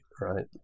Right